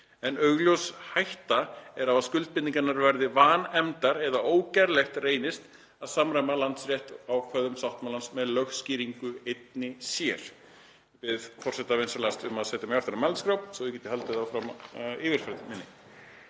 en augljós hætta er á að skuldbindingarnar verði vanefndar þegar ógerlegt reynist að samræma landsrétt ákvæðum sáttmálans með lögskýringu einni sér.“ Ég bið forseta vinsamlegast um að setja mig aftur á mælendaskrá svo ég geti haldið áfram yfirferð minni.